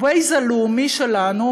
ה-Waze הלאומי שלנו,